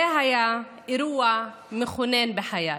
זה היה אירוע מכונן בחיי.